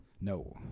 No